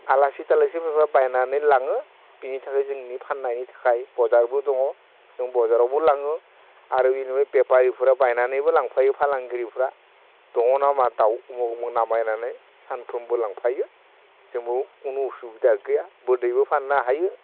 आलासि तालासि फैबा बायनानै लाङो बेनि थाखाय जोंनि फाननायनि थाखाय बाजारबो दङ जों बाजारावबो लाङो आरो बेनिफ्राय बेपारिफोरा बायनानैबो लांफायो फालांगिरिफोरा दङ नामा दाउ उमुक उमुक नामायनानै सानफ्रोमबो लांफायो जोंबो कुनु उसुबिदा गैया बिदैबो फाननो हायो